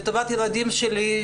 לטובת הילדים שלי,